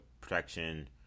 protection